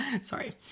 Sorry